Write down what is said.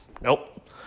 Nope